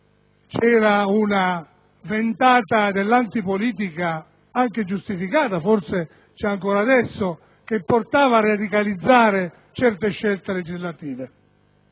c'era una ventata di antipolitica, anche giustificata - forse c'è ancora adesso - che portava a radicalizzare certe scelte legislative.